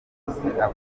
avuga